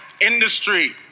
industry